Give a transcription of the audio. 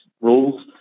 rules